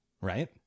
right